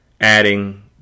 adding